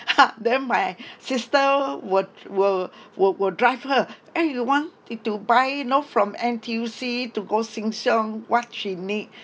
then my sister would will will will drive her eh you want to to buy know from N_T_U_C to go Sheng Siong what she need